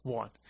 one